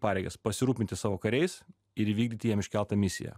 pareigas pasirūpinti savo kariais ir įvykdyti jiem iškeltą misiją